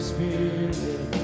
Spirit